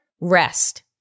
Rest